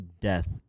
death